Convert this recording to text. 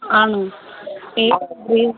ആണോ ഏതാ ബ്രീഡ്